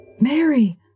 Mary